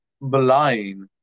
blind